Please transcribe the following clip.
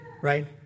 right